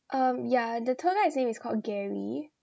um yeah the tour guide's name is called gary